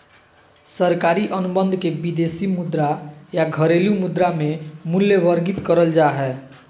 सरकारी अनुबंध के विदेशी मुद्रा या घरेलू मुद्रा मे मूल्यवर्गीत करल जा हय